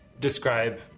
describe